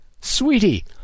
Sweetie